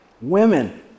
Women